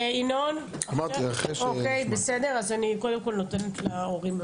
אז, אני קודם כל נותנת להורים את זכות הדיבור,